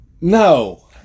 No